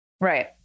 Right